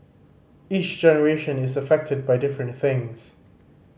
each generation is affected by different things